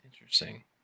interesting